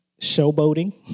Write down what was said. showboating